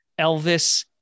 Elvis